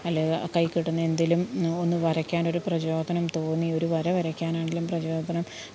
അല്ലേല് കൈയിൽ കിട്ടുന്ന എന്തിലും ഒന്നു വരയ്ക്കാനൊരു പ്രചോദനം തോന്നിയൊരു വര വരയ്ക്കാനാണേലും പ്രചോദനം